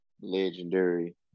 legendary